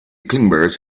climbers